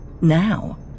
Now